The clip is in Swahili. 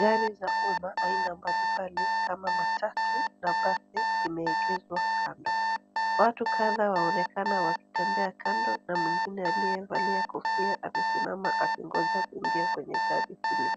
Gari za umma aina mbalimbali kama matatu na basi zimeegeshwa kando. Watu kadhaa wanaonekana wakitembea kando na mwingine aliyevalia kofia amesimama akingoja kuingia kwenye gari hilo.